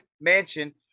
mansion